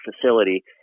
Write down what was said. facility